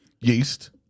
Yeast